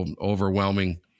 overwhelming